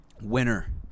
Winner